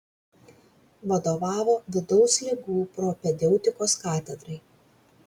vadovavo vidaus ligų propedeutikos katedrai